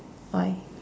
why